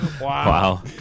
Wow